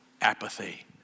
apathy